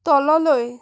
তললৈ